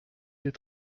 des